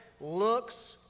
looks